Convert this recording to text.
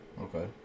Okay